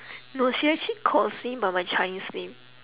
no she actually calls me by my chinese name